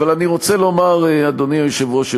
אבל, אדוני היושב-ראש,